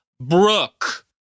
Brooke